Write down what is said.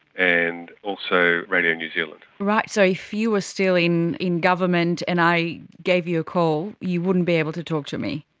and also radio new zealand. right, so if you were still in in government and i gave you a call, you wouldn't be able to talk to me?